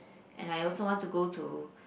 and I also want to go to